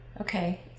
Okay